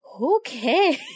okay